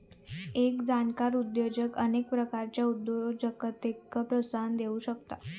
एक जाणकार उद्योजक अनेक प्रकारच्या उद्योजकतेक प्रोत्साहन देउ शकता